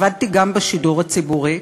עבדתי גם בשידור הציבורי,